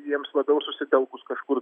jiems labiau susitelkus kažkur